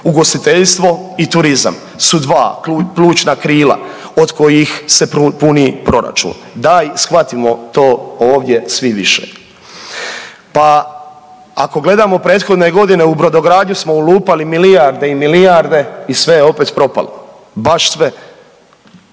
ugostiteljstvo i turizam su dva plućna krila od kojih se puni proračun, daj shvatimo to ovdje svi više. Pa ako gledamo prethodne godine u brodogradnju smo ulupali milijarde i milijarde i sve je opet propalo, baš sve.